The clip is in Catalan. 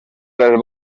del